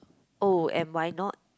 oh and why not